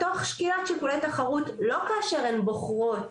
תוך שקילת שיקולי תחרות - לא כאשר הן בוחרות